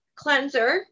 Cleanser